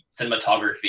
cinematography